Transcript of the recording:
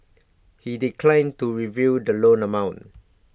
he declined to reveal the loan amount